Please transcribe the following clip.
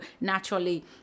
naturally